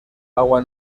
agua